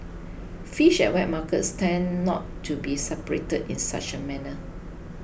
fish at wet markets tend not to be separated in such a manner